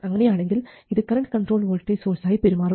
അങ്ങനെയെങ്കിൽ ഇത് current controlled voltage source ആയി പെരുമാറും